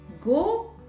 go